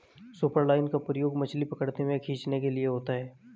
superline का प्रयोग मछली पकड़ने व खींचने के लिए होता है